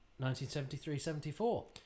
1973-74